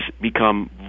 become